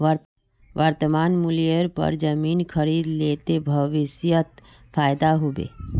वर्तमान मूल्येर पर जमीन खरीद ले ते भविष्यत फायदा हो बे